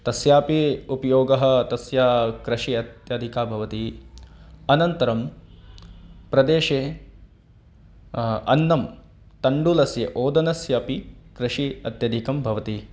तस्यपि उपयोगः तस्य कृषिः अत्याधिका भवति अनन्तरं प्रदेशे अन्नं तण्डुलस्य ओदनस्यपि कृषिः अत्यधिका भवति